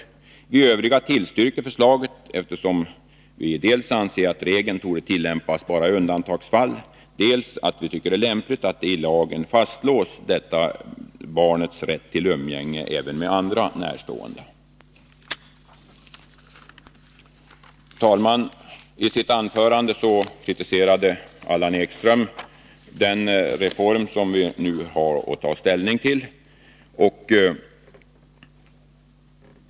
Vi övriga tillstyrker förslaget, eftersom vi dels anser att regeln endast torde tillämpas i undantagsfall, dels tycker att det är lämpligt att barnets rätt till umgänge även med andra närstående fastslås i lagen. Herr talman! I sitt anförande kritiserade Allan Ekström den reform som vi nu har att ta ställning till.